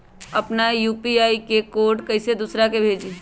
अपना यू.पी.आई के कोड कईसे दूसरा के भेजी?